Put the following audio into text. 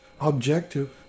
Objective